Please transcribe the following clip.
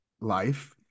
life